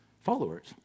followers